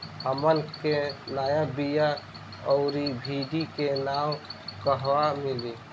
हमन के नया बीया आउरडिभी के नाव कहवा मीली?